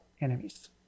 enemies